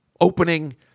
opening